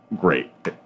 great